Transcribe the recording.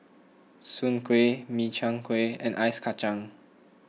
Soon Kway Min Chiang Kueh and Ice Kachang